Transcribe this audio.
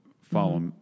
follow